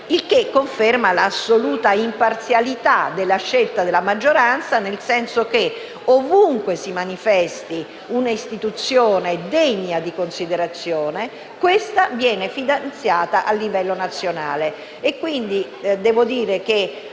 Ciò conferma l'assoluta imparzialità della scelta della maggioranza, nel senso che, ovunque si manifesti un'istituzione degna di considerazione, questa viene finanziata a livello nazionale.